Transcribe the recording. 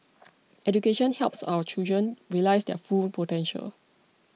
education helps our children realise their full potential